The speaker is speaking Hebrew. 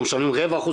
או משלמים רבע אחוז,